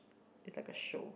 it's like a show